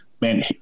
man